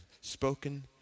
spoken